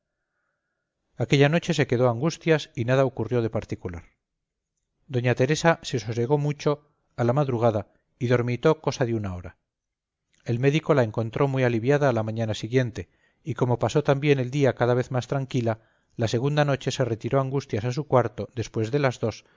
aquella noche se quedó angustias y nada ocurrió de particular doña teresa se sosegó mucho a la madrugada y dormitó cosa de una hora el médico la encontró muy aliviada a la mañana siguiente y como pasó también el día cada vez más tranquila la segunda noche se retiró angustias a su cuarto después de las dos